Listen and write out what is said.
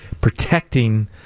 protecting